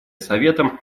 советом